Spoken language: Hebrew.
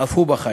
אף הוא בחיים".